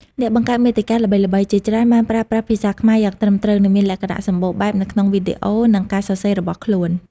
អ្នកបង្កើតមាតិកាល្បីៗជាច្រើនបានប្រើប្រាស់ភាសាខ្មែរយ៉ាងត្រឹមត្រូវ និងមានលក្ខណៈសម្បូរបែបនៅក្នុងវីដេអូ និងការសរសេររបស់ខ្លួន។